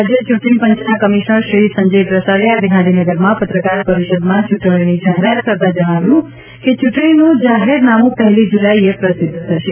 રાજ્ય ચૂંટણી પંચના કમિશ્નર શ્રી સંજય પ્રસાદે આજે ગાંધીનગરમાં પત્રકાર પરિષદમાં ચૂંટણીઓની જાહેરાત કરતા જણાવ્યું હતું કે ચૂંટણીનું જાહેરનામું પહેલી જુલાઇએ પ્રસિદ્ધ થશે